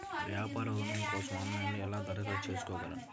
వ్యాపార ఋణం కోసం ఆన్లైన్లో ఎలా దరఖాస్తు చేసుకోగలను?